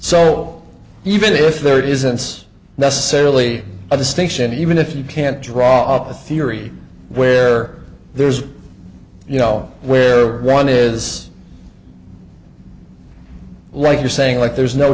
so even if there isn't necessarily a distinction even if you can't draw up a theory where there's you know where one is like you're saying like there's no